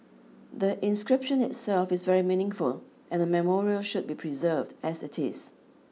the inscription itself is very meaningful and the memorial should be preserved as it is